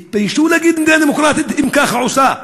תתביישו להגיד מדינה דמוקרטית אם ככה היא עושה,